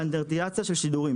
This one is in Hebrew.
סטנדרטיזציה של שירותים.